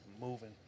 moving